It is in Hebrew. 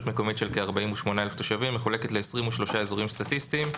מקומית של כ-48,000 תושבים מחולקת ל-23 אזורים סטטיסטיים.